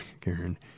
Karen